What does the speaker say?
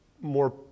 more